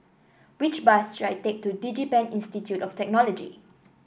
which bus should I take to DigiPen Institute of Technology